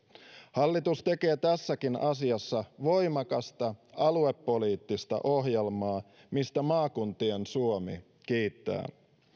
hallitus tekee tässäkin asiassa voimakasta aluepoliittista ohjelmaa mistä maakuntien suomi kiittää